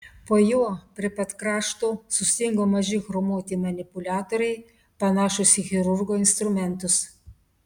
po juo prie pat krašto sustingo maži chromuoti manipuliatoriai panašūs į chirurgo instrumentus